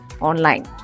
online